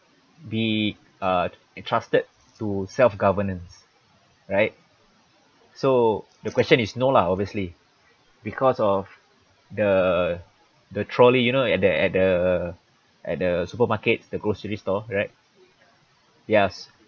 be uh entrusted to self governance right so the question is no lah obviously because of the the trolley you know at the at the at the supermarket the grocery store right yes